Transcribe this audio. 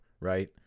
right